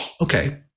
Okay